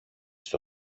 στο